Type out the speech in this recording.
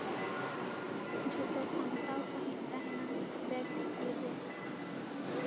ᱡᱷᱚᱛᱚ ᱥᱟᱢᱴᱟᱣ ᱥᱟᱹᱦᱤᱡ ᱛᱟᱦᱮᱱᱟ ᱵᱮᱜ ᱵᱷᱤᱛᱤᱨ ᱨᱮ